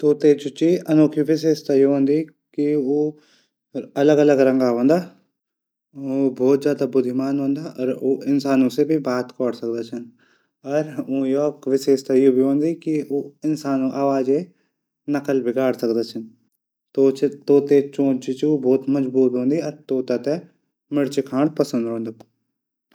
तोता अनोखी विशेषता य हूंदी अलग अलग रंगा हूदा उ बहुत ज्यादा बुद्धिमान हूंदन ।इंसानो सै भी बात कौर दिंदा छन। और ऊंकी य विशेषता भी हूदी इंसानों आवाज नकल भी गाड सकदा छन। तोता चूंच बहुत मजबूत होंदी तोता थै मिर्च खाण पंसद हूंदू